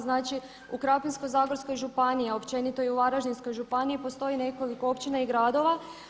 Znači u Krapinsko-zagorskoj županiji a općenito i u Varaždinskoj županiji postoji nekoliko općina i gradova.